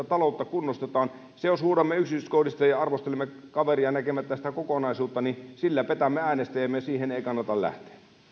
taloutta kunnostetaan sillä jos huudamme yksityiskohdista ja ja arvostelemme kaveria näkemättä sitä kokonaisuutta petämme äänestäjiämme ja siihen ei kannata lähteä